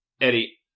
Eddie